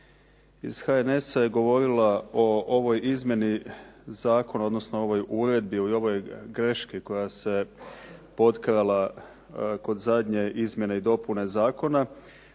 iz HNS-a je govorila o ovoj izmjeni zakona odnosno ovoj uredbi, o ovoj grešci koja se potkrala kod zadnje izmjene i dopune zakona.